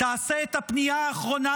תעשה את הפנייה האחרונה,